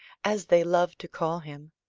as they love to call him.